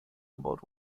gebaut